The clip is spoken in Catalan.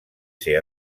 ser